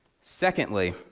Secondly